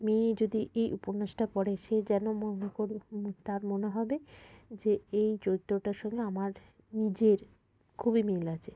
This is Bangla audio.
মেয়ে যদি এই উপন্যাসটা পড়ে সে যেন তার মনে হবে যে এই চরিত্রটার সঙ্গে আমার নিজের খুবই মিল আছে